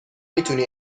میتونی